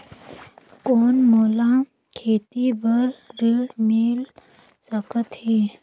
कौन मोला खेती बर ऋण मिल सकत है?